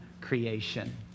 creation